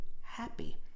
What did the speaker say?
happy